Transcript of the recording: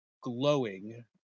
glowing